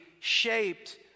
shaped